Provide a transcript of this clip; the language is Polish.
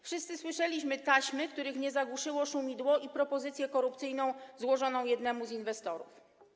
Wszyscy słyszeliśmy taśmy, których nie zagłuszyło szumidło, i propozycję korupcyjną złożoną jednemu z inwestorów.